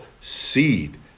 seed